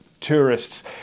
tourists